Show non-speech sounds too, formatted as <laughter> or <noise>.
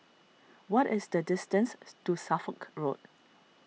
what is the distance <noise> to Suffolk Road